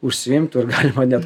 užsiimtų ir galima net